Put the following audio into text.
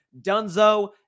Dunzo